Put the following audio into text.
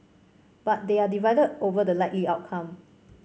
but they are divided over the likely outcome